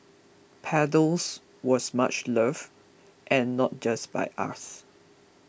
paddles was much loved and not just by us